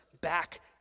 back